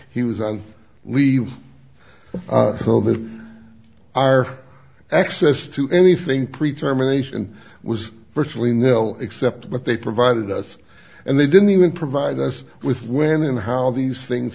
he was on leave so that our access to anything pre term anation was virtually nil except what they provided us and they didn't even provide us with when and how these things